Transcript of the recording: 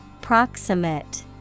Proximate